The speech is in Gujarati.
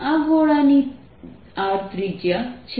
આ ગોળાની R ત્રિજ્યા છે